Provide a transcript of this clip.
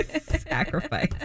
Sacrifice